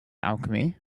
alchemy